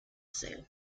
sale